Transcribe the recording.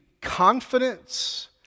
confidence